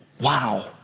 Wow